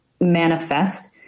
manifest